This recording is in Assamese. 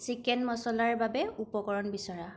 চিকেন মচালাৰ বাবে উপকৰণ বিচৰা